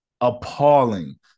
Appalling